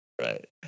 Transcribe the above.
Right